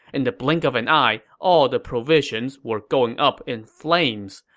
in the blink of an eye, all the provisions were going up in flames.